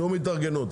שום התארגנות.